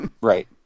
right